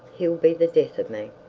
he'll be the death of me